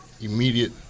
immediate